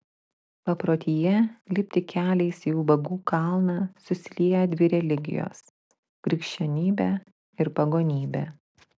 paprotyje lipti keliais į ubagų kalną susilieja dvi religijos krikščionybė ir pagonybė